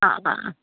ആ ആ